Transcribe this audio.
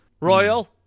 Royal